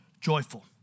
joyful